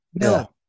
No